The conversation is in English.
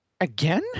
Again